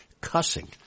cussing